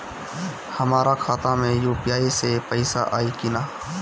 हमारा खाता मे यू.पी.आई से पईसा आई कि ना?